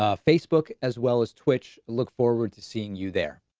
ah facebook, as well as twitch look forward to seeing you there.